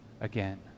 again